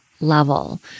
level